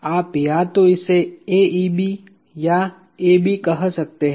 आप या तो इसे AEB या AB कह सकते हैं